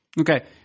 Okay